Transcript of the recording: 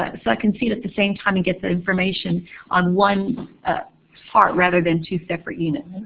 ah so i can see it at the same time, and get the information on one part, rather than two separate units.